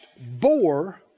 bore